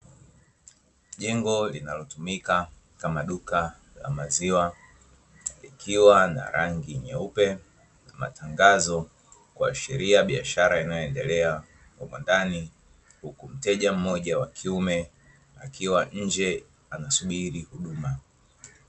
Jengo linalotuimika kama duka la maziwa, likiwa na rangi nyeupe na matangazo, kuashiria biashara inayoendelea humo ndani, huku mteja mmoja wa kiume, akiwa nje anasubiri huduma.